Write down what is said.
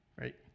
Right